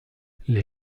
les